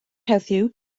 heddiw